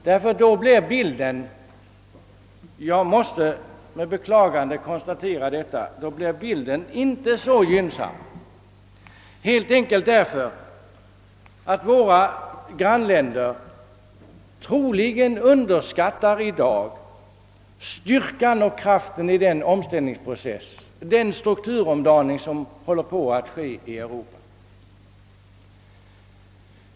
Då blir nämligen bilden — jag måste med beklagande konstatera detta — inte så gynnsam, helt enkelt därför att våra grannländer troligen underskattar styrkan i den omställningsprocess och den strukturomdaning som pågår i Europa.